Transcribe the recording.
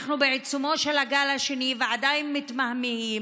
אנחנו בעיצומו של הגל השני ועדיין מתמהמהים.